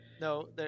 No